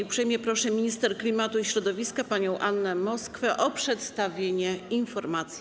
Uprzejmie proszę minister klimatu i środowiska panią Annę Moskwę o przedstawienie informacji.